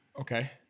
Okay